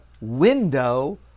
window